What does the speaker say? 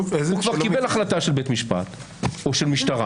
הוא כבר החלטה של בית משפט או של משטרה,